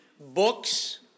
books